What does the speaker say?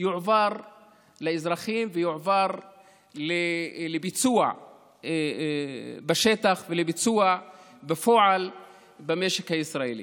יועבר לאזרחים ויועבר לביצוע בשטח ולביצוע בפועל במשק הישראלי.